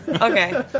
Okay